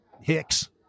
Hicks